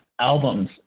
albums